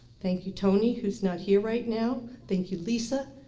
thank you tony, who's not here right now, thank you lisa.